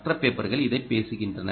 மற்ற பேப்பர்கள் இதைப்பேசுகின்றன